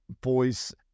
boys